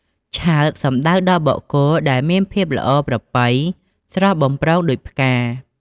ឆើត សំទៅដល់បុគ្គលដែលមានភាពល្អប្រពៃស្រស់បំព្រងដូចផ្កា។